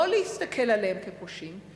לא להסתכל עליהם כעל פושעים,